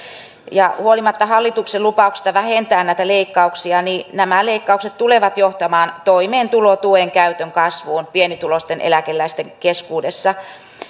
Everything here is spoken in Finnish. ja huolimatta hallituksen lupauksista vähentää näitä leikkauksia nämä leikkaukset tulevat johtamaan toimeentulotuen käytön kasvuun pienituloisten eläkeläisten keskuudessa